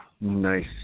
Nice